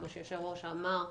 כמו שהיושב-ראש אמר,